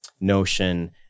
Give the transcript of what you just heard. notion